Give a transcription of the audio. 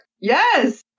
Yes